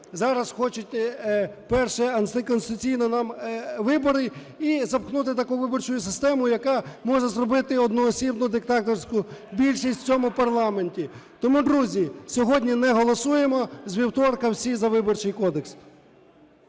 Зараз хочете, перше, антиконституційно нам вибори - і запхнути таку виборчу систему, яка може зробити одноосібну диктаторську більшість в цьому парламенті. Тому, друзі, сьогодні не голосуємо, з вівторка - всі за Виборчий кодекс.